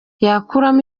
yakuramo